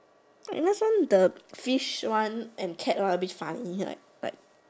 what last time the fish one and the cat one a bit funny like